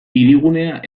hirigunea